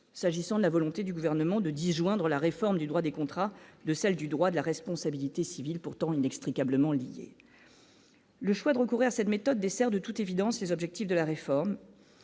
s'agissant de la volonté du gouvernement de d'y joindre la réforme du droit des contrats de celle du droit de la responsabilité civile pourtant inextricablement liés, le choix de recourir à cette méthode dessert, de toute évidence, les objectifs de la réforme,